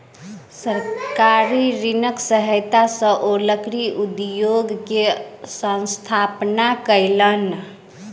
सरकारी ऋणक सहायता सॅ ओ लकड़ी उद्योग के स्थापना कयलैन